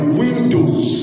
windows